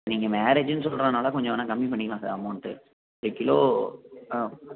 நீங்கள் மேரேஜுன்னு சொல்வதுனால கொஞ்சம் வேணால் கம்மி பண்ணிக்கலாம் சார் அமௌண்ட்டு இது கிலோ ஆ